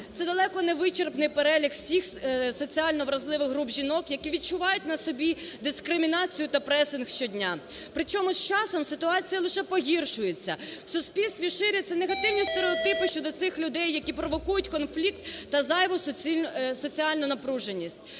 Це далеко невичерпний перелік всіх соціально-вразливих груп жінок, які відчувають на собі дискримінацію та пресинг щодня. Причому з часом ситуація лише погіршується. В суспільстві ширяться негативні стереотипи щодо цих людей, які провокують конфлікт та зайву соціальну напруженість.